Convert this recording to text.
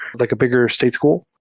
like a bigger state school.